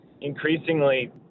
increasingly